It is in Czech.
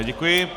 Děkuji.